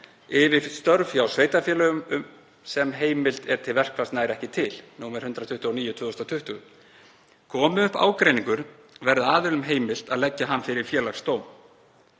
yfir störf hjá sveitarfélögum sem heimild til verkfalls nær ekki til, nr. 129/2020. Komi upp ágreiningur verði aðilum heimilt að leggja hann fyrir Félagsdóm.